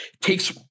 takes